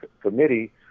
committee